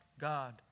God